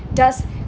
does